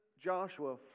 Joshua